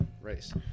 race